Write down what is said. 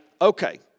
okay